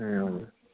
ए हजुर